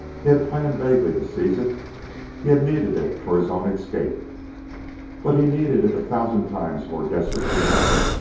he had planned vaguely to seize it he had needed it for his own escape but he needed it a thousand times more desperately now.